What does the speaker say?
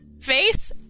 face